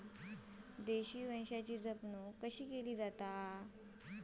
देशी गोवंशाची जपणूक कशी करतत?